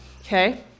okay